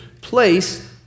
place